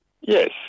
Yes